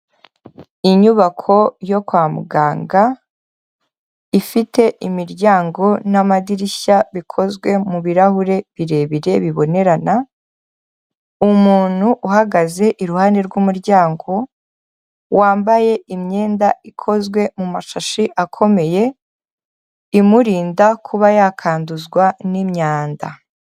Inyubako yo kwa muganga, ifite imiryango n'amadirishya bikozwe mu birarahure birebire bibonerana, umuntu uhagaze iruhande rw'umuryango, wambaye imyenda ikozwe mu mashashi akomeye, imurinda kuba yakanduzwa n'imyanda.